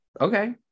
okay